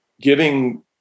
giving